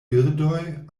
birdoj